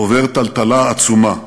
עובר טלטלה עצומה.